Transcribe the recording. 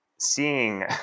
Seeing